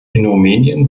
rumänien